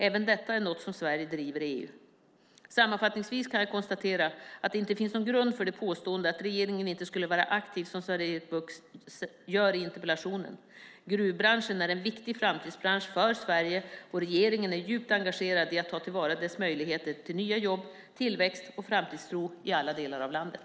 Även detta är något Sverige driver i EU. Sammanfattningsvis kan jag konstatera att det inte finns någon grund för det påstående som Sven-Erik Bucht gör i interpellationen att regeringen inte skulle vara aktiv. Gruvbranschen är en viktig framtidsbransch för Sverige, och regeringen är djupt engagerad i att ta till vara dess möjligheter till nya jobb, tillväxt och framtidstro i alla delar av landet.